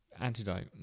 antidote